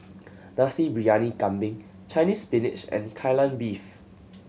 Nasi Briyani Kambing Chinese Spinach and Kai Lan Beef